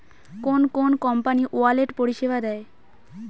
কোন কোন company wallet পরিষেবা দেয়?